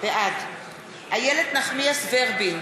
בעד איילת נחמיאס ורבין,